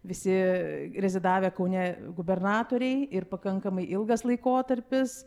visi rezidavę kaune gubernatoriai ir pakankamai ilgas laikotarpis